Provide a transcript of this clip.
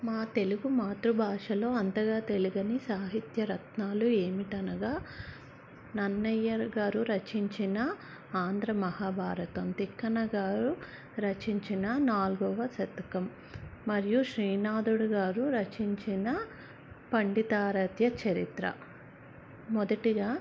మా తెలుగు మాతృభాషలో అంతగా తెలియని సాహిత్య రత్నాలు ఏమిటనగా నన్నయ్య గారు రచించిన ఆంధ్ర మహాభారతం తిక్కన గారు రచించిన నల్గవ శతకం మరియు శ్రీనాథడు గారు రచించిన పండితారధ్య చరిత్ర మొదటిగా